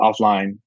offline